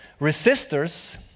resistors